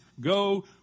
go